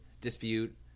dispute